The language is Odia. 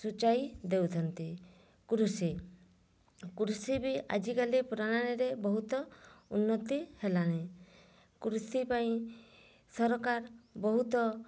ସୂଚାଇ ଦେଉଛନ୍ତି କୃଷି କୃଷିବି ଆଜିକାଲି ପ୍ରଣାଳୀରେ ବହୁତ ଉନ୍ନତି ହେଲାଣି କୃଷି ପାଇଁ ସରକାର ବହୁତ